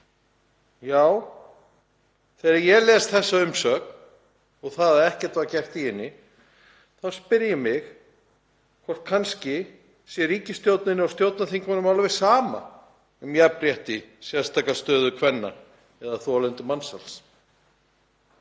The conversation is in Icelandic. Þegar ég les þessa umsögn, og það að ekkert var gert í henni, þá spyr ég mig hvort kannski sé ríkisstjórninni og stjórnarþingmönnum alveg sama um jafnrétti, sérstaka stöðu kvenna eða þolendur mansals.